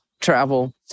travel